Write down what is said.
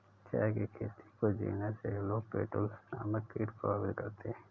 चाय की खेती को जीनस हेलो पेटल्स नामक कीट प्रभावित करते हैं